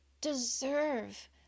deserve